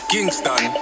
Kingston